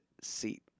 seat